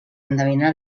endevinar